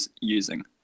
using